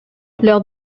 leurs